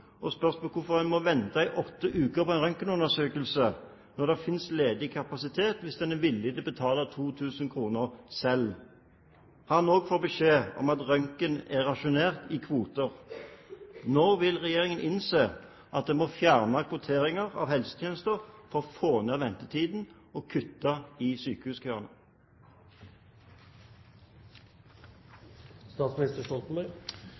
og spurt hvorfor han må vente i åtte uker på en røntgenundersøkelse, når det finnes ledig kapasitet hvis en er villig til å betale 2 000 kr selv. Også han får beskjed om at røntgen er rasjonert i kvoter. Pasienter i kø har følgende spørsmål til statsministeren: Når vil regjeringen innse at en må fjerne kvotering av helsetjenester for å få ned ventetiden og kutte i